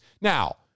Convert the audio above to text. Now